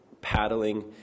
paddling